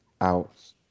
out